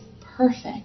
perfect